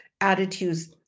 attitudes